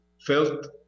felt